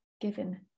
given